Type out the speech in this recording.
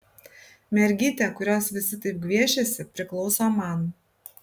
mergytė kurios visi taip gviešiasi priklauso man